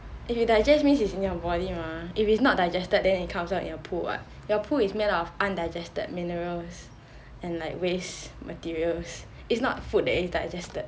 if you digest means it's in your body you mah if it's not digested then it comes out in your poop what your poop is made up of undigested minerals and waste materials it's not food that is digested